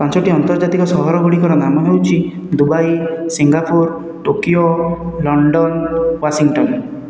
ପାଞ୍ଚଟି ଅନ୍ତର୍ଜାତିକ ସହର ଗୁଡ଼ିକର ନାମ ହେଉଛି Dubai Singapore Tokyo London Washington